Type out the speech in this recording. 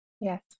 Yes